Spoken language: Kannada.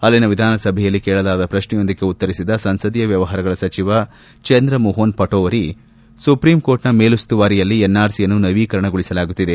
ಅಲ್ಲಿನ ವಿಧಾನಸಭೆಯಲ್ಲಿ ಕೇಳಲಾದ ಪ್ರಕ್ಷೆಯೊಂದಕ್ಕೆ ಉತ್ತರಿಸಿದ ಸಂಸದೀಯ ವ್ಯವಹಾರಗಳ ಸಚಿವ ಚಂದ್ರಮೋಹನ್ ಪಟೋವರಿ ಸುಪ್ರೀಂ ಕೋರ್ಟ್ನ ಮೇಲುಸ್ತುವಾರಿಯಲ್ಲಿ ಎನ್ಆರ್ಸಿಯನ್ನು ನವೀಕರಿಸಲಾಗುತ್ತಿದೆ